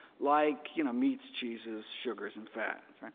like you know meats, cheeses, sugars, and fats.